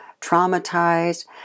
traumatized